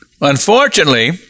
Unfortunately